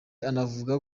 anavuga